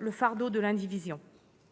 le fardeau de l'indivision